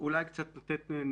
אולי קצת נתונים,